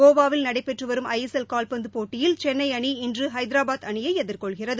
கோவாவில் நடைபெற்று வரும் ஐஎஸ்எல் கால்பந்து போட்டியில் சென்னை அணி இன்று ஹைதராபாத் அணியை எதிர்கொள்கிறது